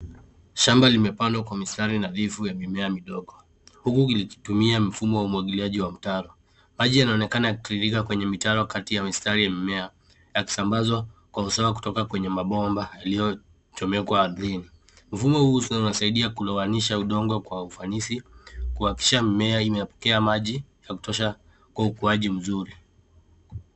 Shamba limepandwa kwa mistari nadhifu ya mimea midogo huku likitumia mfumo wa umwagiliaji wa mtaro. Maji yanaonekana yakitiririka kwenye mitaro kati ya mistari ya mimea yakisambazwa kwa usawa kutoka kwenye mabomba yaliyochomekwa ardhini . Mfumo huu unasaidia kulowanisha udongo kwa ufanisi, kuhakikisha mimea imepokea maji ya kutosha kwa ukuaji mzuri.